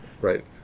Right